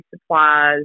supplies